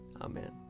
Amen